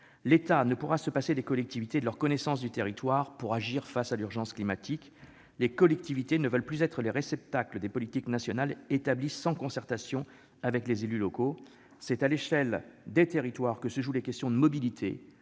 L'État ne pourra se passer des collectivités et de leurs connaissances du territoire pour agir face à l'urgence climatique. Les collectivités ne veulent plus être les réceptacles des politiques nationales établies sans concertation avec les élus locaux. C'est au niveau des territoires que se jouent les questions de mobilité,